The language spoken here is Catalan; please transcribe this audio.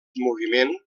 moviment